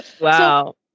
wow